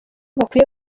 bakwiye